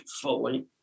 fully